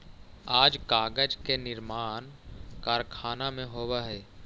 आज कागज के निर्माण कारखाना में होवऽ हई